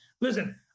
Listen